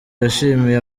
yashimiye